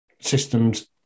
system's